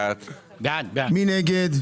מי נגד?